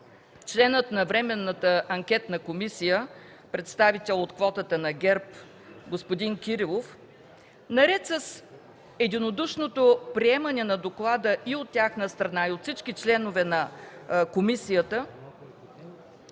членът на Временната анкетна комисия – представител от квотата на ГЕРБ, господин Кирилов наред с единодушното приемане на доклада и от тяхна страна, и от всички членове на комисията